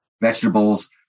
vegetables